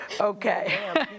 Okay